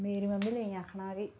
मेरी मम्मी लगी आक्खना के